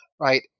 right